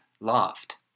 laughed